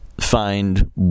find